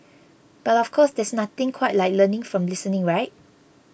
but of course there's nothing quite like learning from listening right